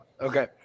okay